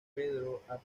pedro